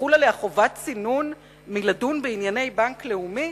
תחול עליה חובת צינון מלדון בענייני בנק לאומי?